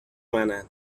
منن